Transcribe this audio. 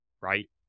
right